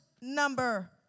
number